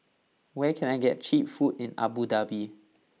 where can I get cheap food in Abu Dhabi